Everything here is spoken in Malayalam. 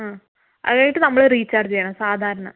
ആ അതായത് നമ്മൾ റീചാർജ് ചെയ്യണം സാധാരണ